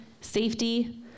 safety